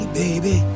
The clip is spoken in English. baby